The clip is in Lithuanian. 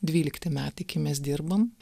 dvylikti metai kai mes dirbam